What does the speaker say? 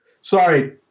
Sorry